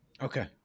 Okay